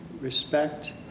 respect